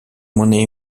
money